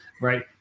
right